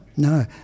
No